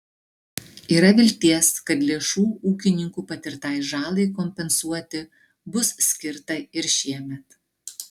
yra vilties kad lėšų ūkininkų patirtai žalai kompensuoti bus skirta ir šiemet